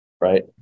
right